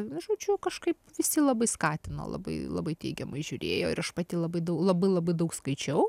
žodžiu kažkaip visi labai skatino labai labai teigiamai žiūrėjo ir aš pati labai dau labai labai daug skaičiau